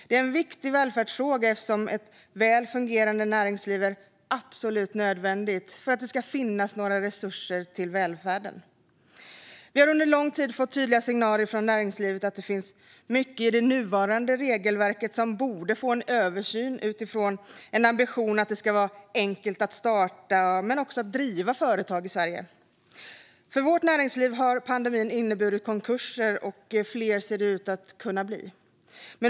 Det är en viktig välfärdsfråga eftersom ett väl fungerande näringsliv är absolut nödvändigt för att det ska finnas några resurser till välfärden. Vi har under lång tid fått tydliga signaler från näringslivet att det finns mycket i det nuvarande regelverket som borde få en översyn utifrån en ambition att det ska vara enkelt att starta men också driva företag i Sverige. För vårt näringsliv har pandemin inneburit konkurser, och fler ser de ut att bli.